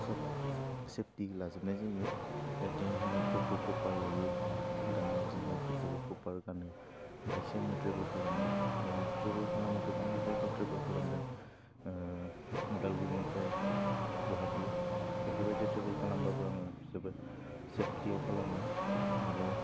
सब सेफथि लाजोबनाय जायो जाहाते हेलमेटफोरखौ प्रपार लायो गाननाय जोमनायफोरखौबो प्रपार गानो ओमफायसो आङो ट्रेबोल खालामो आं ट्रेबोल खालामो गोबां जायागायाव ट्रेबोल खालामदों उदालगुरिनिफ्राय गुवाहाटि बेफोरबायदि ट्रेबोल खालामबाबो आङो जोबोर सेफथियाव खालामो आरो